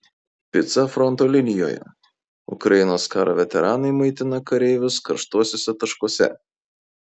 pica fronto linijoje ukrainos karo veteranai maitina kareivius karštuosiuose taškuose